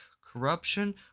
Corruption